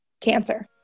cancer